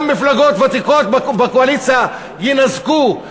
גם מפלגות ותיקות בקואליציה יינזקו,